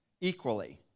equally